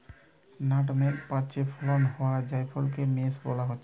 nutmeg গাছে ফলন হোয়া জায়ফলকে মেস বোলা হচ্ছে